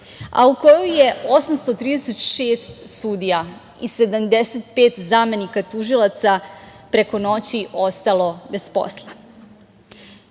a u koju je 836 sudija i 75 zamenika tužilaca, preko noći ostalo bez